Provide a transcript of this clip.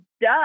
duh